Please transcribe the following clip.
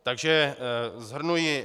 Takže shrnuji.